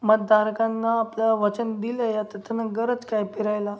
मत धारकांना आपलं वचन दिलं या तर त्यांना गरज काय फिरायला